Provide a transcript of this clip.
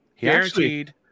Guaranteed